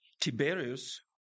Tiberius